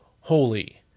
holy